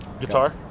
Guitar